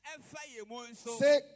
Say